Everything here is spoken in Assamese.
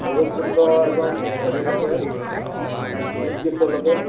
ভৈৰৱকুণ্ড একদম হেৰিলৈেকে শ্লুইছগেটলৈকে